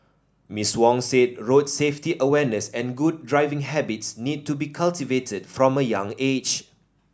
Miss Wong said road safety awareness and good driving habits need to be cultivated from a young age